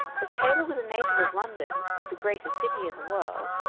as taylor was a native of london, the greatest city in the world,